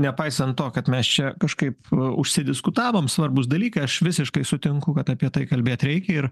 nepaisant to kad mes čia kažkaip užsidiskutavom svarbus dalykai aš visiškai sutinku kad apie tai kalbėt reikia ir